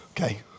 Okay